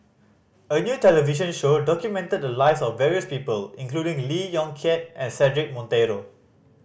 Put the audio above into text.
a new television show documented the lives of various people including Lee Yong Kiat and Cedric Monteiro